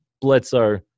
Bledsoe